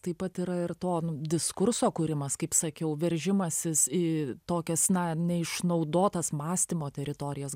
taip pat yra ir to nu diskurso kūrimas kaip sakiau veržimasis į tokias na neišnaudotas mąstymo teritorijas